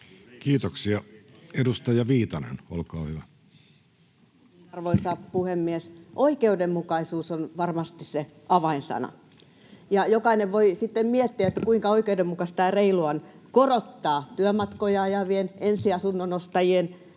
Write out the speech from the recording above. Time: 16:12 Content: Arvoisa puhemies! Oikeudenmukaisuus on varmasti se avainsana, ja jokainen voi sitten miettiä, kuinka oikeudenmukaista ja reilua on korottaa työmatkoja ajavien, ensiasunnon ostajien,